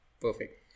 perfect